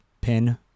pin